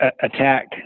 attack